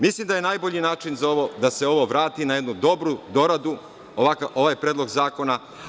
Mislim da je najbolji način za ovo, da se ovo vrati na jednu dobru doradu, ovaj Predlog zakona.